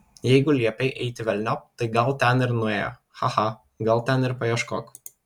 jeigu liepei eiti velniop tai gal ten ir nuėjo cha cha gal ten ir paieškok